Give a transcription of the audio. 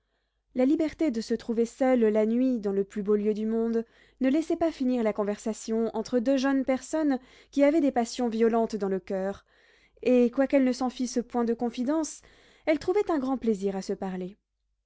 la liberté de se trouver seules la nuit dans le plus beau lieu du monde ne laissait pas finir la conversation entre deux jeunes personnes qui avaient des passions violentes dans le coeur et quoiqu'elles ne s'en fissent point de confidence elles trouvaient un grand plaisir à se parler